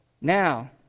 Now